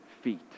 feet